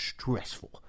stressful